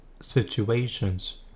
situations